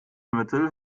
mittel